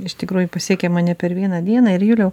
iš tikrųjų pasiekė mane per vieną dieną ir juliau